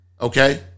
okay